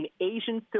Asian